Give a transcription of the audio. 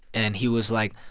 and he was like,